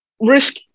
Risk